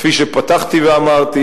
כפי שפתחתי ואמרתי,